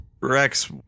Rex